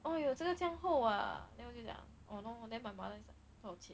oh 哟这个这样厚 ah then 我就讲 !hannor! then my mother 泡起来